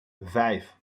vijf